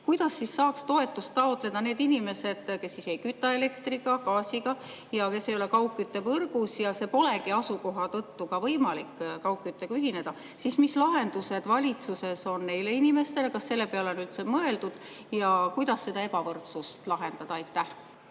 Kuidas siis saaks toetust taotleda need inimesed, kes ei küta elektri ega gaasiga ja kes ei ole kaugküttevõrgus, sest asukoha tõttu polegi neil võimalik kaugküttega ühineda? Mis lahendused valitsusel on neile inimestele? Kas selle peale on üldse mõeldud? Ja kuidas seda ebavõrdsust lahendada? Aitäh,